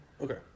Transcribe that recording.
Okay